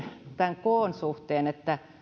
tämän koon suhteen on että